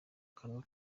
kanwa